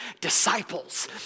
disciples